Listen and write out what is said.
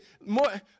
more